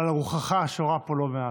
אבל רוחך שורה פה לא מעט.